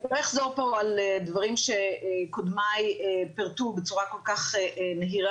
אני לא אחזור פה על דברים שקודמיי פירטו בצורה כל כך נהירה,